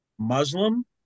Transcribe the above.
Muslim